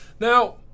Now